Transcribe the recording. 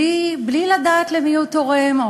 בלי לדעת למי הוא תורם,